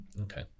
Okay